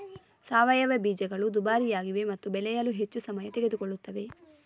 ಸಾವಯವ ಬೀಜಗಳು ದುಬಾರಿಯಾಗಿವೆ ಮತ್ತು ಬೆಳೆಯಲು ಹೆಚ್ಚು ಸಮಯ ತೆಗೆದುಕೊಳ್ಳುತ್ತವೆ